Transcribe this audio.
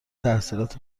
تحصیلات